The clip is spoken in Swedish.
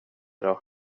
dag